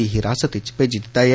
दी हिरासत च भेजी दिता ऐ